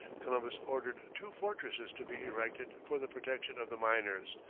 columbus ordered two fortresses to be erected for the protection of the miners,